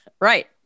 Right